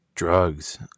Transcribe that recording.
Drugs